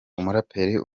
umuraperi